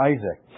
Isaac